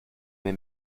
mes